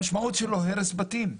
המשמעות שלו היא הרס בתים.